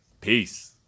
Peace